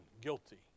Guilty